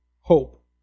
Hope